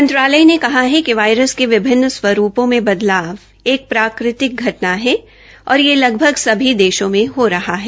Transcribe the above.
मंत्रालय ने कहा है कि वायरस के विभिन्न स्वरूपों में बदलाव एक प्राकृतिक घटना है और यह लगभग सभी देशों में हो रहा है